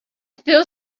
feel